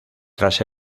tras